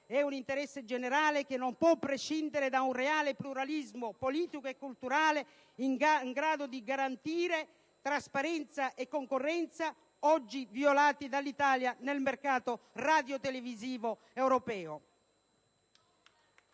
e dell'Europa, non si possa prescindere da un reale pluralismo politico e culturale in grado di garantire trasparenza e concorrenza, valori oggi violati dall'Italia nel mercato radiotelevisivo europeo.